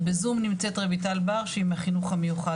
ובזום נמצאת רויטל בר שהיא מהחינוך המיוחד.